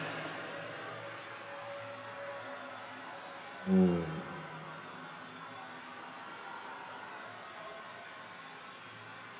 mm